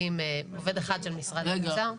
עובד אחד של משרד האוצר.